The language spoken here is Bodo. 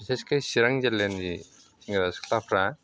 बिसेसकै चिरां जिल्लानि सेंग्रा सिख्लाफ्रा